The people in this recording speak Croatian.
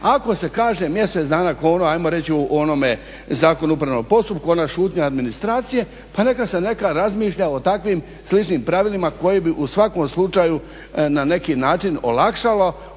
Ako se kaže mjesec dana kao ono ajmo reći u onome Zakonu o upravnom postupku ona šutnja administracije, pa nekad se razmišlja o takvim sličim pravilima koji bi u svakom slučaju na neki način olakšalo